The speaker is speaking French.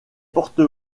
porte